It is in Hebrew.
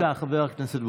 בבקשה, חבר הכנסת בוסו.